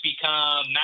become